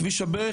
כביש הברך,